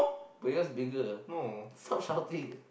but yours bigger ah stop shouting